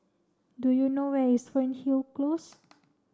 do you know where is Fernhill Close